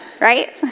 Right